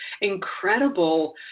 incredible